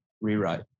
rewrite